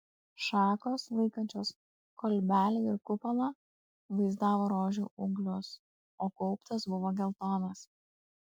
šakos laikančios kolbelę ir kupolą vaizdavo rožių ūglius o gaubtas buvo geltonas